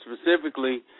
specifically